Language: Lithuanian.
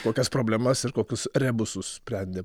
kokias problemas ir kokius rebusus sprendėm